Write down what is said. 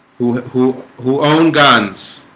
who who who own guns